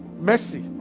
Mercy